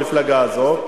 במפלגה הזאת.